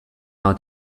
out